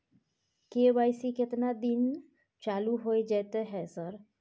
KYC केतना दिन चालू होय जेतै है सर?